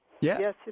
Yes